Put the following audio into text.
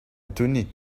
étonnés